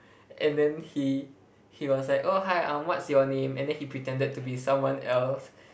and then he he was like oh hi um what's your name and then he pretended to be someone else